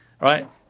Right